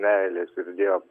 meilės ir dievo